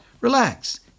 Relax